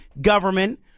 government